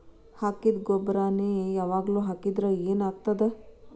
ಹಾಕಿದ್ದ ಗೊಬ್ಬರಾನೆ ಯಾವಾಗ್ಲೂ ಹಾಕಿದ್ರ ಏನ್ ಆಗ್ತದ?